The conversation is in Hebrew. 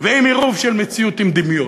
ועם עירוב של מציאות עם דמיון.